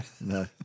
No